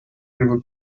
river